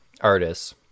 artists